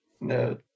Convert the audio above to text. No